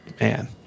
Man